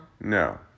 No